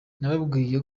nababwiye